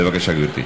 בבקשה, גברתי.